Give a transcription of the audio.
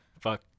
Fuck